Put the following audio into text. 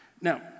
Now